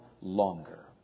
longer